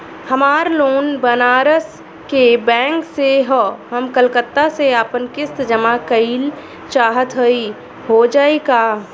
हमार लोन बनारस के बैंक से ह हम कलकत्ता से आपन किस्त जमा कइल चाहत हई हो जाई का?